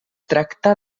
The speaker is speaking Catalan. tracta